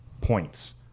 points